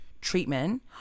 Treatment